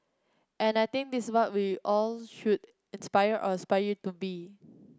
and I think this what we all should inspire or aspire to be